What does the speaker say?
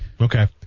Okay